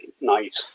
night